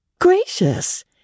Gracious